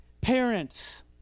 parents